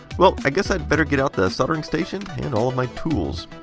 well, i guess i had better get out the soldering station and all of my tools.